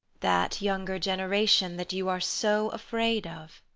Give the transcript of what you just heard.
that younger generation that you are so afraid of?